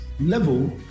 level